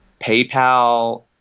PayPal